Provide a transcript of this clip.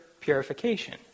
purification